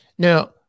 Now